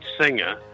singer